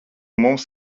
mums